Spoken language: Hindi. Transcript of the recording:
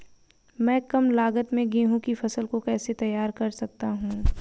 मैं कम लागत में गेहूँ की फसल को कैसे तैयार कर सकता हूँ?